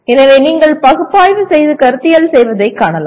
எனவே நீங்கள் பகுப்பாய்வு செய்து கருத்தியல் செய்வதைக் காணலாம்